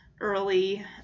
early